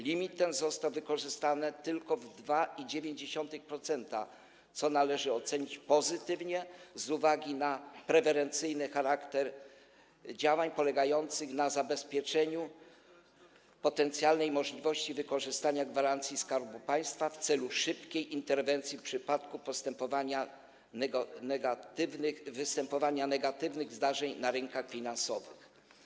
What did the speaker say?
Limit ten został wykorzystany tylko w 2,9%, co należy ocenić pozytywnie z uwagi na preferencyjny charakter działań, polegający na zabezpieczeniu potencjalnej możliwości wykorzystania gwarancji Skarbu Państwa w celu szybkiej interwencji w przypadku występowania negatywnych zdarzeń na rynkach finansowych.